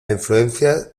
influencia